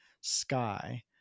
sky